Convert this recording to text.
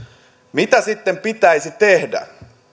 mitä sitten pitäisi tehdä